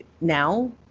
now